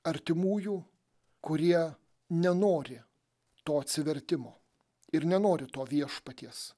artimųjų kurie nenori to atsivertimo ir nenori to viešpaties